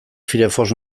firefox